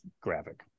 graphic